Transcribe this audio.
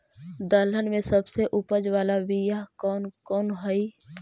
दलहन में सबसे उपज बाला बियाह कौन कौन हइ?